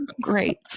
great